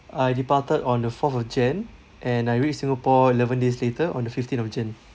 I departed on the fourth of jan and I reached singapore eleven days later on the fifteen of jan